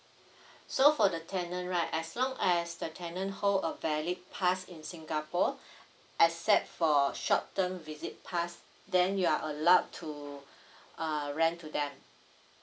so for the tenant right as long as the tenant hold a valid pass in singapore except for short term visit pass then you are allowed to uh rent to them